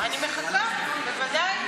אני מחכה, בוודאי.